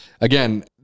Again